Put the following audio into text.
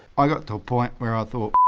i got to a point where i thought,